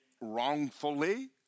wrongfully